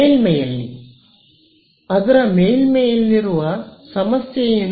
ಮೇಲ್ಮೈಯಲ್ಲಿ ಆದರೆ ಮೇಲ್ಮೈಯಲ್ಲಿರುವ ಸಮಸ್ಯೆ ಏನು